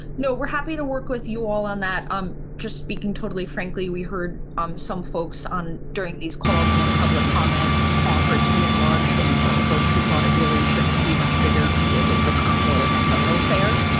no, we're happy to work with you all on that. i'm just speaking. totally. frankly, we heard um some folks on during these calls and in public comment call for it to be enlarged. and some folks who thought it really shouldn't be much bigger, because it would become more like a thoroughfare.